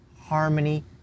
harmony